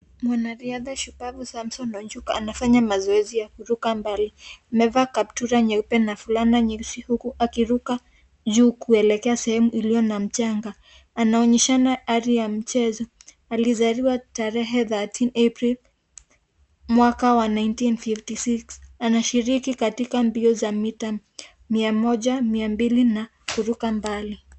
Mwanariadha shupavu, Samson, Onchuk anafanya mazoezi ya kuruka mbali, amevaa kaptura nyeupe na fulana nyeusi, akiruka juu kuelekea sehemu ili n a mchanga, anaonyeshana ari ya mchezo, alizaliwa tarehe (cs)thirteen April(cs), mwaka wa (cs)nineteen fifty six(cs), anashiriki mbio za mita mia moja, mia mbili, na kuruka mbali.